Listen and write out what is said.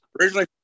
Originally